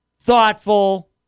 thoughtful